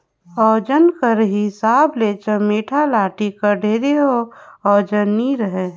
ओजन कर हिसाब ले चमेटा लाठी हर ढेर ओजन नी रहें